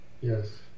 Yes